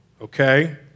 okay